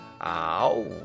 Ow